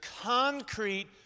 concrete